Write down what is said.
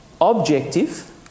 objective